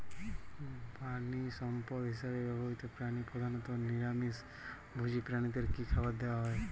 প্রাণিসম্পদ হিসেবে ব্যবহৃত প্রাণী প্রধানত নিরামিষ ভোজী প্রাণীদের কী খাবার দেয়া হয়?